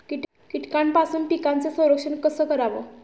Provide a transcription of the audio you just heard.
कीटकांपासून पिकांचे संरक्षण कसे करावे?